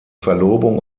verlobung